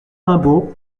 raimbault